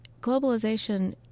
globalization